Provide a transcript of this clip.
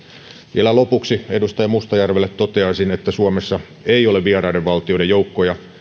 vielä lopuksi edustaja mustajärvelle toteaisin että suomessa ei ole vieraiden valtioiden joukkoja